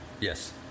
Yes